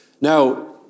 Now